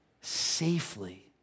safely